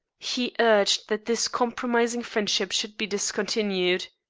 he urged that this compromising friendship should be discontinued.